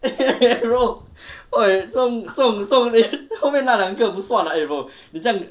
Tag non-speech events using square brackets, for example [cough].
[laughs] bro 这种这种这种你那两个不算 eh bro